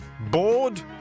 Bored